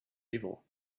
evil